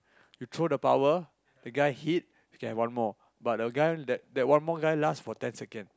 you throw the power the guy hit you can have one more but that one more but that guy the one more guy last for ten second